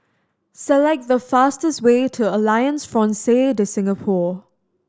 select the fastest way to Alliance Francaise De Singapour